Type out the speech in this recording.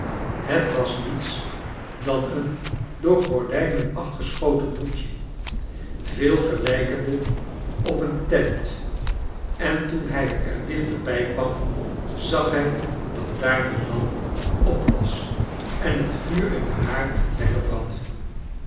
het was niets dan een door gordijnen afgeschoten hoekje veel gelijkende op een tent en toen hij er dichterbij kwam zag hij dat daar de lamp op was en het vuur in den haard lekker brandde